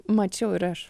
mačiau ir aš